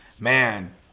man